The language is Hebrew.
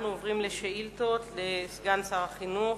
אנחנו עוברים לשאילתות לשר החינוך.